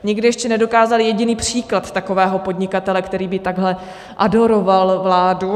Nikdo ještě nedokázal jediný příklad takového podnikatele, který by takhle adoroval vládu.